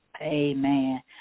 Amen